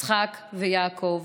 יצחק ויעקב.